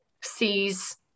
sees